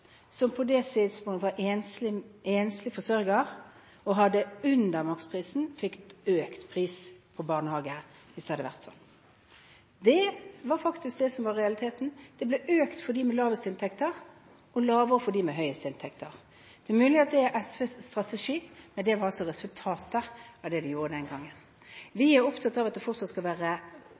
som på det tidspunktet var enslig forsørger og betalte under maksprisen, fikk økt pris på barnehage. Det var faktisk det som var realiteten. Prisen ble økt for de med lavest inntekter og lavere for de med høyest inntekter. Det er mulig at det er SVs strategi, men det var altså resultatet av det de gjorde den gangen. Vi er opptatt av at det fortsatt skal være